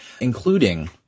including